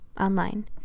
online